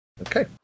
Okay